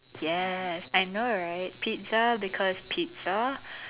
yes I know right pizza because pizza